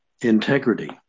Integrity